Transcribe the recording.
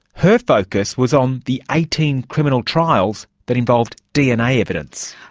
her focus was on the eighteen criminal trials that involved dna evidence.